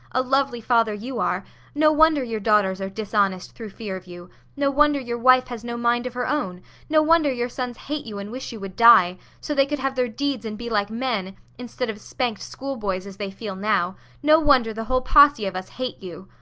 a lovely father you are no wonder your daughters are dishonest through fear of you no wonder your wife has no mind of her own no wonder your sons hate you and wish you would die so they could have their deeds and be like men instead of spanked school-boys as they feel now no wonder the whole posse of us hate you.